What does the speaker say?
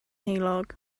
heulog